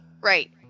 right